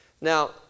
Now